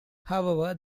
however